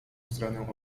stronę